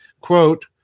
Quote